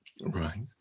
Right